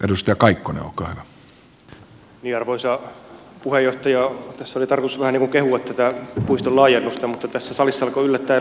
tässä oli tarkoitus vähän niin kuin kehua tätä puiston laajennusta mutta tässä salissa alkoi yllättäen luodit viuhua